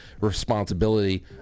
responsibility